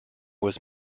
was